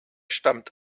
stammt